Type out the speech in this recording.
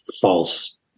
false